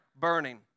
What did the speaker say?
burning